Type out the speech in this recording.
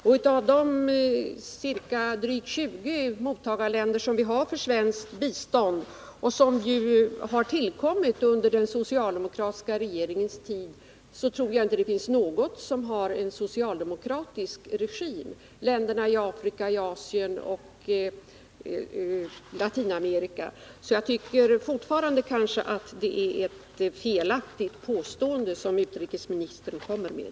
Bland de drygt 20 mottagarländer som vi har för svenskt bistånd och som tillkommit under den socialdemokratiska regeringens tid tror jag inte det finns något land som har en socialdemokratisk regim —jag tänker på länderna i Afrika, Asien och Latinamerika. Jag tycker därför att det är ett felaktigt påstående som utrikesministern gör här.